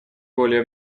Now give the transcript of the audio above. более